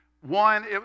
One